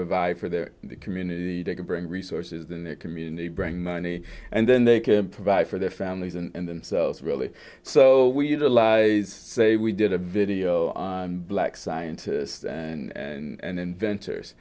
provide for their community they can bring resources in their community bring money and then they can provide for their families and themselves really so say we did a video on black scientists and inventors